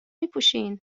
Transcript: میپوشین